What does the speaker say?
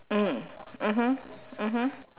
mm mmhmm mmhmm